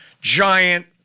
giant